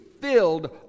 filled